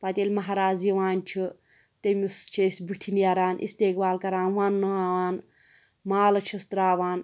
پَتہٕ ییٚلہِ ماہراز یِوان چھُ تٔمِس چھِ أسۍ بُتھہِ نیران اِستقبال کَران وَنناوان مالہٕ چھِس ترٛاوان